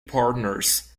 partners